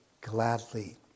gladly